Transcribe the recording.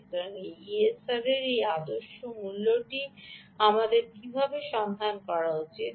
সুতরাং এই ESR এর এই আদর্শ মূল্যটি আমাদের কী সন্ধান করা উচিত